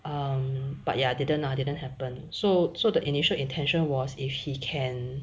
um but ya didn't I didn't happen so so the initial intention was if he can